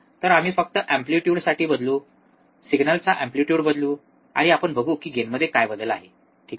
तर आम्ही फक्त एम्पलीट्युड बदलू सिग्नलचा एम्पलीट्युड बदलू आणि आपण बघू की गेनमध्ये काय बदल आहे ठीक आहे